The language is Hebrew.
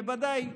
בוודאי,